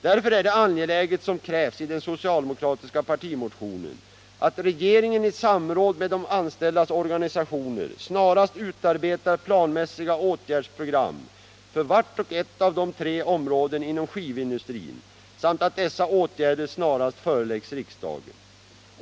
Därför är det angeläget som det krävs i den socialdemokratiska partimotionen att regeringen i samråd med de anställdas organisationer snarast utarbetar planmässiga åtgärdsprogram för vart och ett av de tre områdena inom skivindustrin samt att dessa åtgärder snarast föreläggs riksdagen.